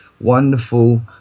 wonderful